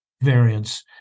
variants